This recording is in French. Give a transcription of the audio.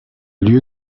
lieu